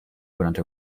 genannte